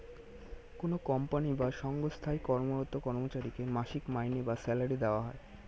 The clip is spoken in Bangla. কোনো কোম্পানি বা সঙ্গস্থায় কর্মরত কর্মচারীকে মাসিক মাইনে বা স্যালারি দেওয়া হয়